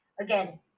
again